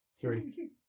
Three